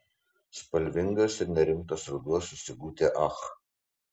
spalvingas ir nerimtas ruduo su sigute ach